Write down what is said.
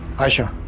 ayesha?